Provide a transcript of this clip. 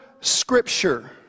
Scripture